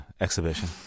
exhibition